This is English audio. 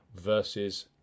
versus